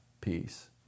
peace